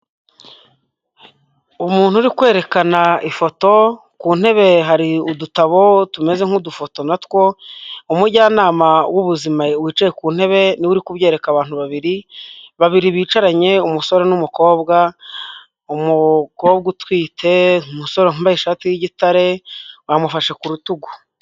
Umuntu uri kwerekana ifoto ku ntebe hari udutabo tumeze nk'udufoto na two, umujyanama w'ubuzima wicaye ku ntebe niwe uri kubyereka abantu babiri, babiri bicaranye umusore n'umukobwa, umukobwa utwite, umusore wambaye ishati y'igitare wamufashe ku rutugu.